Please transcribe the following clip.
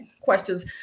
questions